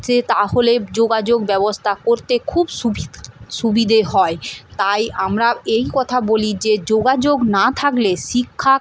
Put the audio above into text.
সে তাহলে যোগাযোগ ব্যবস্থা করতে খুব সুবিধা সুবিধে হয় তাই আমরা এই কথা বলি যে যোগাযোগ না থাকলে শিক্ষা